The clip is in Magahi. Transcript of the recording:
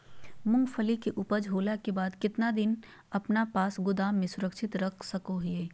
मूंगफली के ऊपज होला के बाद कितना दिन अपना पास गोदाम में सुरक्षित रख सको हीयय?